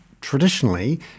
traditionally